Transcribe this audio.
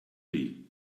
dir